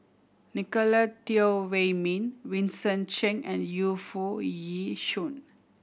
Nicolette Teo Wei Min Vincent Cheng and Yu Foo Yee Shoon